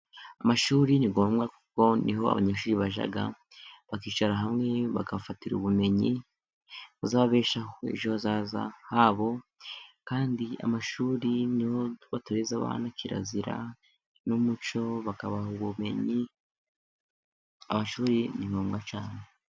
Amashuri ni ngombwa kuko niho abanyeshuri bajya bakicara hamwe bagafatira ubumenyi buzabeshaho ejo hazaza habo ,kandi amashuri ni ho batoreza abana kirazira n'umuco, bakabaha ubumenyi amashuri ni ngombwa cyane.